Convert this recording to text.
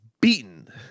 beaten